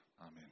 Amen